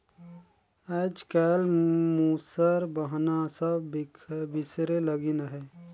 आएज काएल मूसर बहना सब बिसरे लगिन अहे